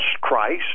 Christ